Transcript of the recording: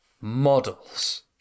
models